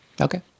Okay